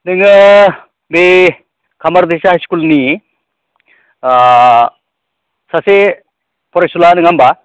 नोङो बे खामारदैसा हाइस्कुलनि ओ सासे फरायसुला नङा होमब्ला